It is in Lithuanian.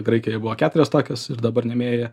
graikijoje buvo keturios tokios ir dabar nemėjoje